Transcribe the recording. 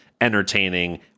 entertaining